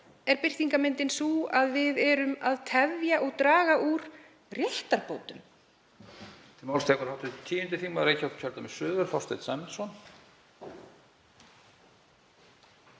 er birtingarmyndin sú að við erum að tefja og draga úr réttarbótum.